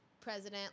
president